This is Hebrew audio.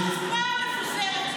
עמית הלוי (הליכוד): זה עולה אפס שקלים.